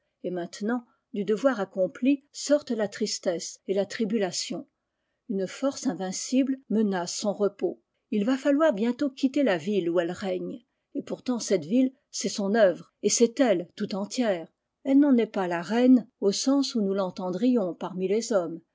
et maintenant du devoir accompli sortent la tristesse et la tribulation une force invincible menace son repos il va falloir bientôt quitter la ville où elle règne et pourtant cette ville c'est son œuvre et c'est elle tout entière elle n'en est pas la reine au sens où nous l'entendrions parmi les hommes